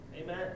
Amen